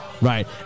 Right